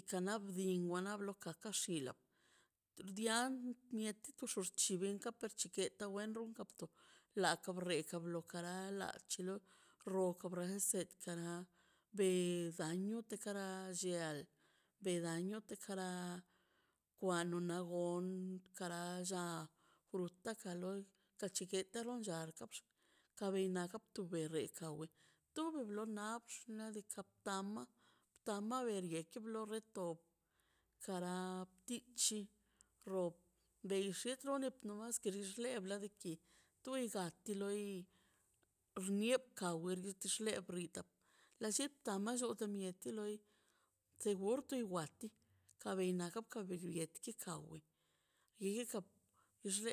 ikanan bdin wana loka bgax kchila xdian mieti tuxo xchi benka tu kxchi keta wen runkan to lak ka brieta ka brietara la chilo roka boranze tikara beganiute kara llial bedaio betara kwan una gon kara lla fruta ka loi chatu guataron cha argat ka bin na kaptu be rekan wen tub no no laxt nadika btama btama berieki lo retob kara btichi rob btirub no mas ke le bladi ki tu igate loi xnieka tub nikixlə le brita la lleta ma lo bieti loi se gorti wati ka beina kabi biu yetika we